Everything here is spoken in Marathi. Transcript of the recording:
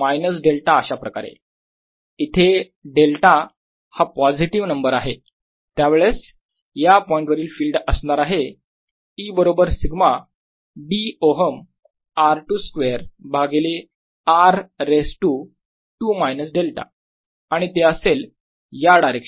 मायनस डेल्टा अशाप्रकारे इथे डेल्टा हा पॉझिटिव्ह नंबर आहे त्यावेळेस या पॉईंट वरील फिल्ड असणार आहे E बरोबर सिग्मा dΩ r 2 स्क्वेअर भागिले r 2 raise to 2 minus delta आणि ते असेल या डायरेक्शन मध्ये